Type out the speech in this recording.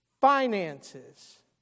finances